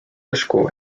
usku